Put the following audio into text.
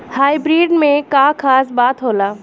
Hybrid में का खास बात होला?